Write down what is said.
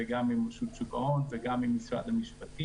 גם עם רשות שוק ההון וגם עם משרד המשפטים,